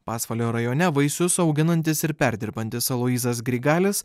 pasvalio rajone vaisius auginantis ir perdirbantis aloyzas grigalis